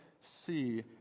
see